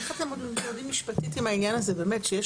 איך אתם מתמודדים משפטית עם העניין הזה שיש